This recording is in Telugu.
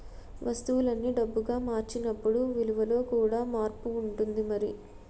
వస్తువుల్ని డబ్బుగా మార్చినప్పుడు విలువలో కూడా మార్పు ఉంటుంది మరి